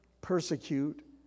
persecute